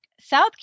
South